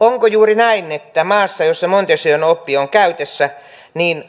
onko juuri näin että maassa jossa montesquieun oppi on käytössä